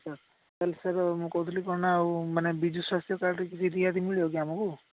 sir ତାହାଲେ sir ମୁଁ କହୁଥିଲି କ'ଣ ଆଉ ମାନେ ବିଜୁ ସ୍ୱାସ୍ଥ୍ୟ କାର୍ଡ଼ରେ କିଛି ରିହାତି ମିଳିବ କି ଆମକୁ